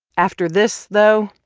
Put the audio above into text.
after this, though,